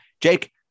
Jake